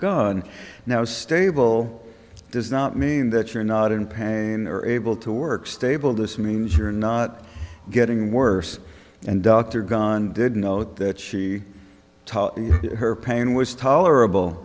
gunn now is stable does not mean that you're not in pain or able to work stable this means you're not getting worse and dr gone did note that she her pain was tolerable